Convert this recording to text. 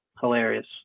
Hilarious